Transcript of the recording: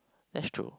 that's true